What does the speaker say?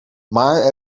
maar